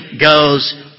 goes